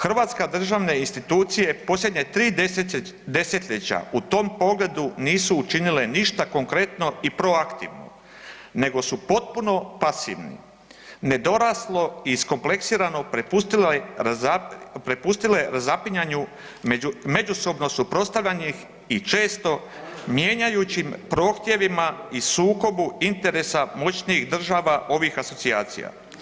Hrvatske državne institucije posljednja 3 desetljeća u tom pogledu nisu učinile ništa konkretno i pro aktivno nego su potpuno pasivni, nedoraslo i iskompleksirano prepustile razapinjanju međusobno suprotstavljenim i često mijenjajućim prohtjevima i sukobu interesa moćnih država ovih asocijacija.